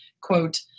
quote